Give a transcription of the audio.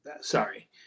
sorry